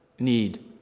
need